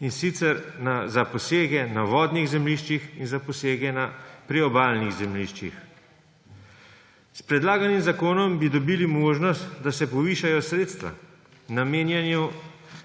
in sicer za posege na vodnih zemljiščih in za posege na priobalnih zemljiščih. S predlaganim zakonom bi dobili možnost, da se povišajo sredstva, namenjena